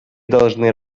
должны